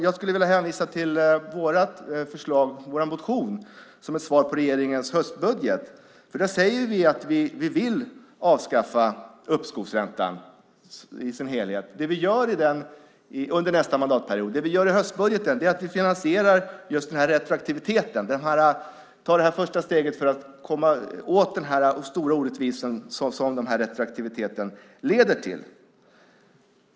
Jag skulle vilja hänvisa till vår motion som ett svar på regeringens höstbudget, för där säger vi att vi vill avskaffa uppskovsräntan i sin helhet under nästa mandatperiod. Det vi gör i vår höstbudget är att vi finansierar just retroaktiviteten och tar det första steget för att komma åt den stora orättvisa som den här retroaktiviteten leder till.